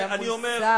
גם מול שר,